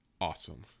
awesome